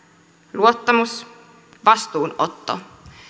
luottamus vastuun otto